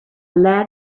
lead